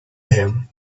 him